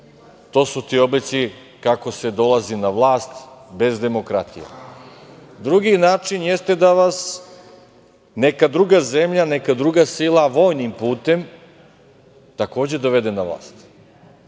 To su ti oblici kako se dolazi na vlast bez demokratije. Drugi način jeste da vas neka druga zemlja, neka druga sila vojnim putem takođe dovede na vlast,